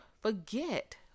forget